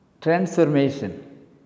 Transformation